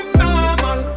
normal